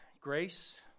grace